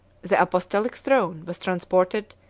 the apostolic throne was transported,